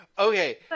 Okay